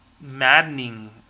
maddening